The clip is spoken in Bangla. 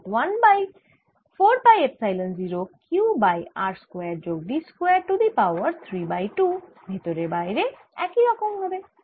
অর্থাৎ 1 by 4 pi epsilon 0 q by r square যোগ d square to the power 3 by 2 ভেতরে ও বাইরে একই E হবে